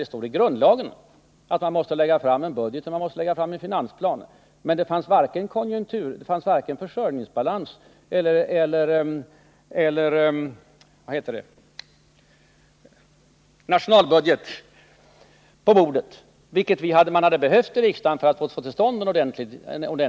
Enligt grundlagen är regeringen skyldig lägga fram en budget och en finansplan. Men det fanns varken försörjningsbalans eller nationalbudget på bordet, vilket vi hade behövt i riksdagen för att få till stånd en ordentlig debatt.